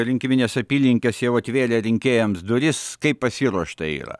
rinkiminės apylinkės jau atvėrė rinkėjams duris kaip pasiruošta yra